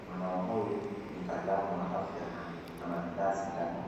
Mwanaume huyu mtaalamu wa afya anaandaa sindano,